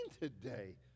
today